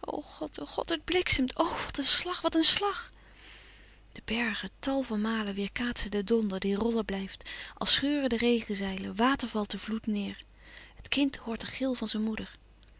o god o god het bliksemt o wat een slag wat een slag de bergen tal van malen weêrkaatsen den donder die rollen blijft als scheuren de regenzeilen watervalt de vloed neêr het kind hoort den gil van zijn moeder